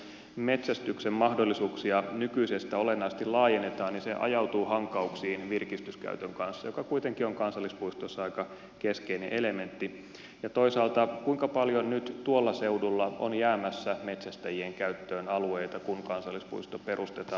onko vaarana että jos metsästyksen mahdollisuuksia nykyisestä olennaisesti laajennetaan niin se ajautuu hankauksiin virkistyskäytön kanssa joka kuitenkin on kansallispuistoissa aika keskeinen elementti ja toisaalta kuinka paljon nyt tuolla seudulla on jäämässä metsästäjien käyttöön alueita kun kansallispuisto perustetaan